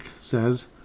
says